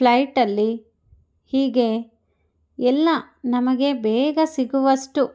ಫ್ಲೈಟಲ್ಲಿ ಹೀಗೆ ಎಲ್ಲ ನಮಗೆ ಬೇಗ ಸಿಗುವಷ್ಟು